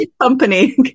company